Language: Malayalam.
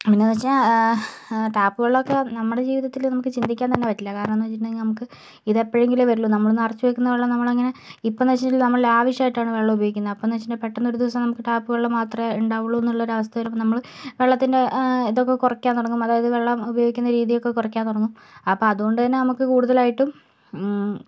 പിന്നേയെന്നു വച്ചാൽ ടാപ്പ് വെളളം എന്നൊക്കെ നമ്മുടെ ജീവിതത്തിൽ നമുക്ക് ചിന്തിക്കാൻ തന്നെ പറ്റില്ല കാരണം എന്നു വച്ചിട്ടുണ്ടെങ്കിൽ നമുക്ക് ഇതെപ്പോഴെങ്കിലെ വരുളളൂ നമ്മൾ നിറച്ച് വയ്ക്കുന്ന വെള്ളം നമ്മളങ്ങനെ ഇപ്പം എന്നു വച്ചിട്ട് നമ്മൾ ലാവിഷായിട്ടാണ് വെള്ളം ഉപയോഗിക്കുന്നത് അപ്പം എന്നു വച്ചിട്ടുണ്ടെങ്കിൽ പെട്ടെന്നൊരു ദിവസം നമുക്ക് ടാപ്പ് വെള്ളം മാത്രമേ ഉണ്ടാവുളളൂ െ എന്നുള്ളൊരവസ്ഥയിൽ നമ്മൾ വെള്ളത്തിൻ്റെ ഇതൊക്കെ കുറയ്ക്കാൻ തുടങ്ങും അതായത് വെള്ളം ഉപയോഗിക്കുന്ന രീതി ഒക്കെ കുറയ്ക്കാൻ തുടങ്ങും അപ്പം അതുകൊണ്ട് തന്നെ നമ്മൾക്ക് കൂടുതലായിട്ടും